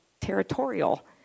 territorial